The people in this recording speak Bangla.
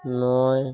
নয়